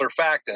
surfactant